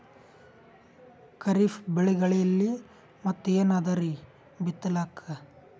ಖರೀಫ್ ಬೆಳೆಗಳಲ್ಲಿ ಮತ್ ಏನ್ ಅದರೀ ಬಿತ್ತಲಿಕ್?